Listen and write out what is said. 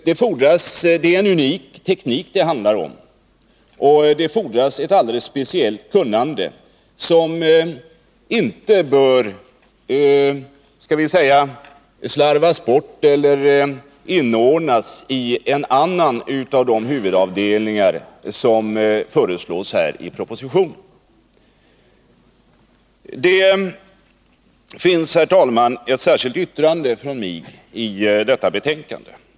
Det handlar om en unik teknik, och det fordras ett alldeles speciellt kunnande, som inte bör slarvas 55 bort eller inordnas i en annan av de avdelningar som föreslås här i propositionen. Herr talman! Till detta betänkande har fogats ett särskilt yttrande av mig.